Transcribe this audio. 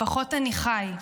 לפחות אני חי,